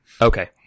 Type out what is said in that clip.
Okay